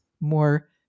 more